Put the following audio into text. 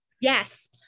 Yes